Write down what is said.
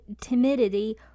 timidity